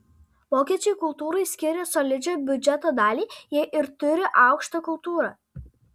vokiečiai kultūrai skiria solidžią biudžeto dalį jie ir turi aukštą kultūrą